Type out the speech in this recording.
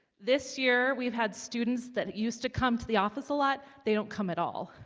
this year we've had students that used to come to the office a lot. they don't come at all